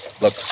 Look